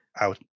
out